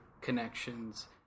connections